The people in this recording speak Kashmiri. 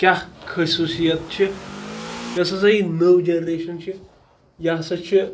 کیٛاہ خصوٗصِیَت چھِ یۄس ہَسا یہِ نٔو جَنریشَن چھِ یہِ ہَسا چھِ